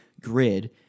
grid